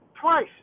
twice